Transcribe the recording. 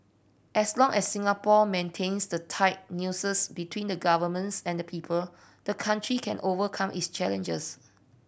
as long as Singapore maintains the tight nexus between the Governments and people the country can overcome its challenges